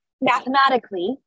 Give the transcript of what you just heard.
mathematically